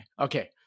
okay